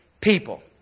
people